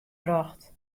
brocht